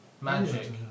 Magic